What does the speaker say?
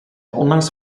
onlangs